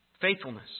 Faithfulness